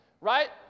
right